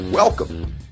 Welcome